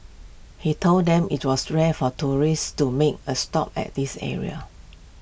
he told them IT was rare for tourists to make A stop at this area